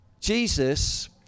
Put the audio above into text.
Jesus